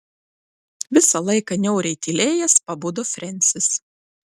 visą laiką niauriai tylėjęs pabudo frensis